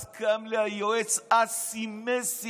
אז קם היועץ אסי מסינג,